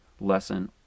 lesson